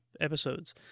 episodes